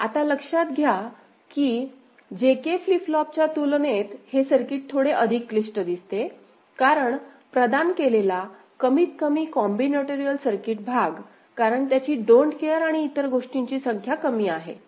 आता लक्षात घ्या की JK फ्लिप फ्लॉपच्या तुलनेत हे सर्किट थोडे अधिक क्लिष्ट दिसते कारण प्रदान केलेला कमीतकमी कॉम्बिनेटोरिअल सर्किट भाग कारण त्याची डोन्ट केअर आणि इतर गोष्टींची संख्या कमी आहे